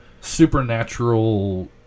supernatural